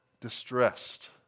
distressed